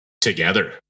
together